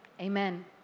Amen